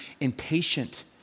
impatient